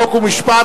חוק ומשפט,